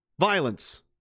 Violence